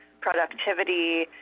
productivity